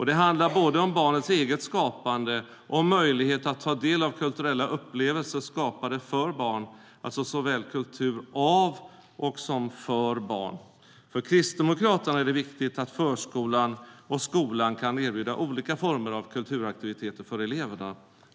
Det handlar både om barnets eget skapande och om möjlighet att ta del av kulturella upplevelser skapade för barn - alltså såväl kultur av som för barn. För Kristdemokraterna är det viktigt att förskolan och skolan kan erbjuda olika former av kulturaktiviteter för eleverna.